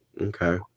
Okay